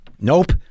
Nope